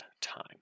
time